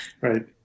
Right